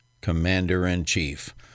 commander-in-chief